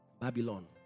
Babylon